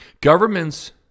governments